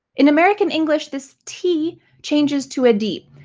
in american english this t changes to a d.